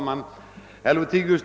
Herr talman!